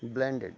blender